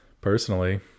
personally